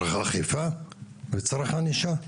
צריך אכיפה וצריך ענישה.